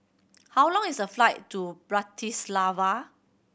how long is the flight to Bratislava